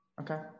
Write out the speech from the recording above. Okay